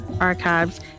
Archives